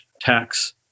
tax